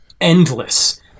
endless